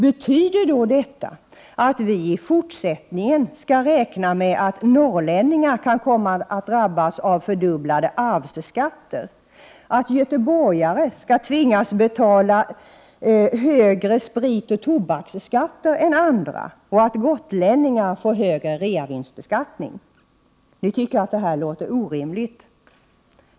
Betyder då detta att vi i fortsättningen skall räkna med att norrlänningar kan komma att drabbas av fördubblade arvsskatter, att göteborgare kan tvingas betala högre spritoch tobaksskatter än andra och att gotlänningar får högre reavinstskatt? Ni tycker att detta låter orimligt.